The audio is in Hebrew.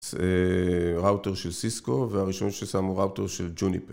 זה ראוטר של סיסקו והראשון ששמו ראוטר של ג'וניפר.